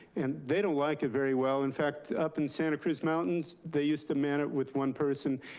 and they don't like it very well. in fact, up in santa cruz mountains, they used to man it with one person.